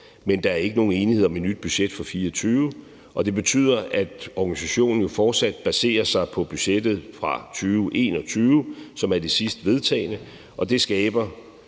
men der er ikke nogen enighed om et nyt budget for 2024. Det betyder, at organisationen jo fortsat baserer sig på budgettet fra 2021, som er det sidst vedtagne, og det skaber